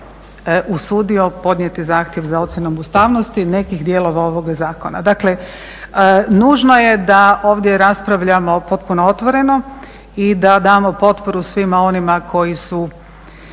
usudio podnijeti zahtjev za ocjenom ustavnosti nekih dijelova ovoga zakona. Dakle, nužno je da ovdje raspravljamo potpuno otvoreno i da damo potporu svima onima koji su